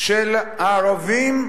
של הערבים,